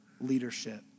leadership